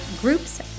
Groups